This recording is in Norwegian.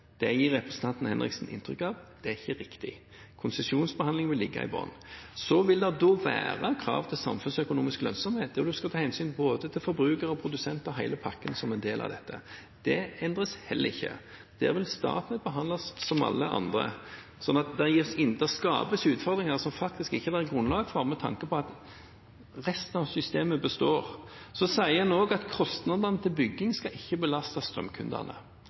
Det gir representanten Henriksen inntrykk av, og det er ikke riktig. Konsesjonsbehandling vil ligge i bunnen. Så vil det være krav om samfunnsøkonomisk lønnsomhet, der en skal ta hensyn til både forbrukere og produsenter, hele pakken, som en del av dette. Det endres heller ikke. Der blir Statnett behandlet som alle andre. Det skapes utfordringer som det faktisk ikke er grunnlag for, med tanke på at resten av systemet består. Så sier en også at kostnadene til bygging ikke skal belastes strømkundene,